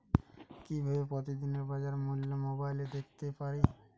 কিভাবে প্রতিদিনের বাজার মূল্য মোবাইলে দেখতে পারি?